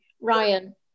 Ryan